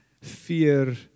fear